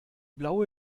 blaue